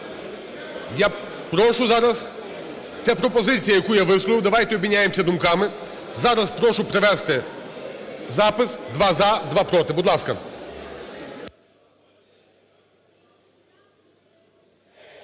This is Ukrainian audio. Я прошу зараз, це пропозиція, яку я висловив, давайте обміняємося думками. Зараз прошу провести запис: два – за, два – проти. Будь ласка.